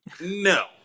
No